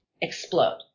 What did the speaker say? explode